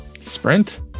Sprint